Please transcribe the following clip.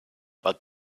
but